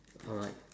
alright